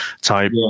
type